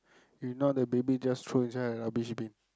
if not the baby just throw inside the rubbish bin